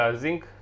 zinc